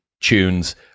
tunes